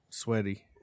sweaty